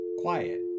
quiet